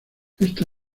esta